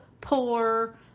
poor